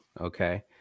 okay